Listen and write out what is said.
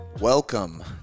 Welcome